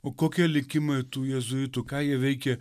o kokie likimai tų jėzuitų ką jie veikė